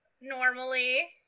normally